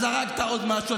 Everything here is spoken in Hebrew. אז הרגת עוד משהו.